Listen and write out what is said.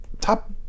top